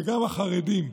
וגם החרדים,